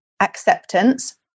acceptance